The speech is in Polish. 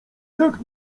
jak